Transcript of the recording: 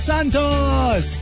Santos